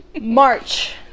March